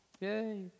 Yay